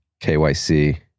KYC